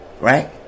right